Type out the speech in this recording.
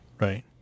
Right